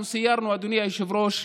אנחנו סיירנו, אדוני היושב-ראש,